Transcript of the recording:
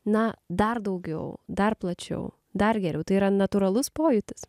na dar daugiau dar plačiau dar geriau tai yra natūralus pojūtis